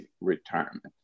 retirement